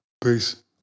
Peace